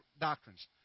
doctrines